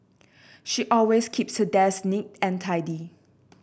she always keeps her desk neat and tidy